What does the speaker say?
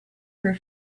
her